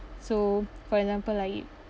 so for example like